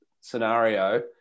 scenario